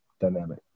dynamic